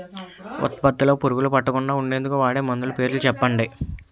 ఉత్పత్తి లొ పురుగులు పట్టకుండా ఉండేందుకు వాడే మందులు పేర్లు చెప్పండీ?